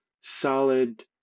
solid